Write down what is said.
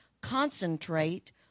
Concentrate